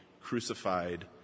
crucified